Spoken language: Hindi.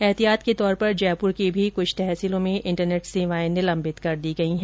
एहतियात के तौर पर जयपुर की भी कुछ तहसीलों में इंटरनेट सेवाएं निलंबित कर दी गई हैं